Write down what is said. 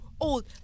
old